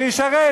שישרת,